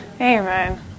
Amen